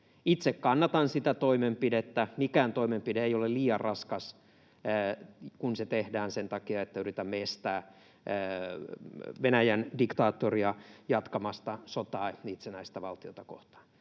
Itse kannatan sitä toimenpidettä. Mikään toimenpide ei ole liian raskas, kun se tehdään sen takia, että yritämme estää Venäjän diktaattoria jatkamasta sotaa itsenäistä valtiota kohtaan.